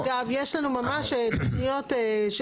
בחוק גיל פרישה יש לנו ממש תכניות של